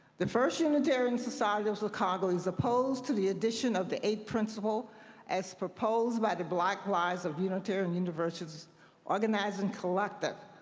the first unitarian society of chicago is opposed to the addition of the eighth principle as proposed by the black lives of unitarian universalist organizing o'clock tive,